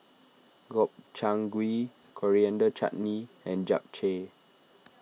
Gobchang Gui Coriander Chutney and Japchae